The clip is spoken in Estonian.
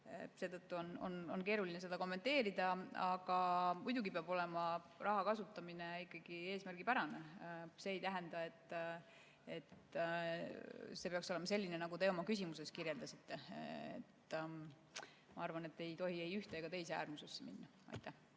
Seetõttu on keeruline seda kommenteerida. Aga muidugi peab olema raha kasutamine ikkagi eesmärgipärane. See ei tähenda, et see peaks olema selline, nagu te oma küsimuses kirjeldasite. Ma arvan, et ei tohi ei ühte ega teise äärmusesse minna. Lauri